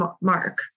mark